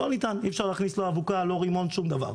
אי אפשר להכניס, לא אבוקה, לא רימון, שום דבר.